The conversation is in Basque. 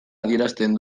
adierazten